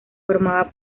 formaba